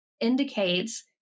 indicates